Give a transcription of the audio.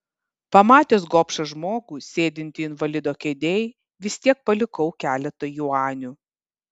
pamatęs gobšą žmogų sėdintį invalido kėdėj vis tiek palikau keletą juanių